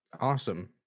Awesome